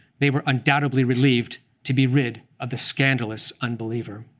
they were undoubtedly relieved to be rid of the scandalous unbeliever.